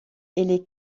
est